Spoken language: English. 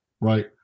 right